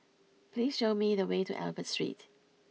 please show me the way to Albert Street